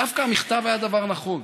דווקא המכתב היה דבר נכון: